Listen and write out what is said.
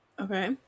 Okay